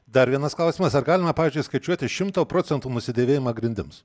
dar vienas klausimas ar galima pavyzdžiui skaičiuoti šimto procentų nusidėvėjimą grindims